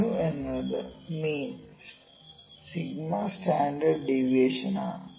'𝛍' എന്നത് mean '𝞂' standard ഡീവിയേഷൻആണ്